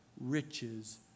riches